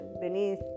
beneath